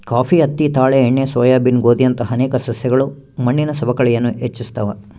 coffee ಹತ್ತಿ ತಾಳೆ ಎಣ್ಣೆ ಸೋಯಾಬೀನ್ ಗೋಧಿಯಂತಹ ಅನೇಕ ಸಸ್ಯಗಳು ಮಣ್ಣಿನ ಸವಕಳಿಯನ್ನು ಹೆಚ್ಚಿಸ್ತವ